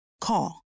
Call